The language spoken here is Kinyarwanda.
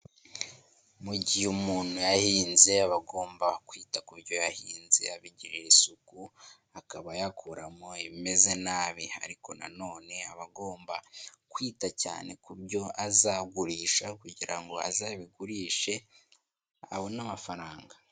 Mu gihe umuntu yahinze abagomba kwita ku byo yahinze abigirira isuku akaba yakuramo ibimeze nabi ariko nanone aba agomba kwita cyane ku byo azagurisha kugira ngo azabigurishe abone amafaranga.